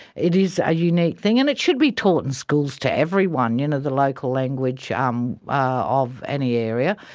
it is a unique thing, and it should be taught in schools to everyone, you know, the local language um ah of of any area,